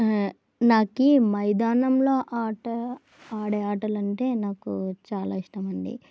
నాకు మైదానంలో ఆట ఆడే ఆటలంటే నాకు చాలా ఇష్టమండి